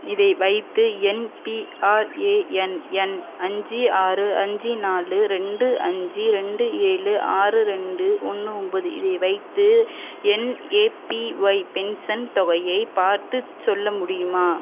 இதை வைத்து என் பிஆர்ஏஎன் எண் அஞ்சு ஆறு அஞ்சு நாலு ரெண்டு அஞ்சு ரெண்டு ஏழு ஆறு ரெண்டு ஒன்று ஒம்பது இதை வைத்து என் ஏபிஒய் பென்ஷன் தொகையை பார்த்து சொல்ல முடியுமா